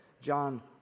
John